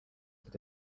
that